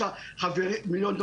85 מיליון.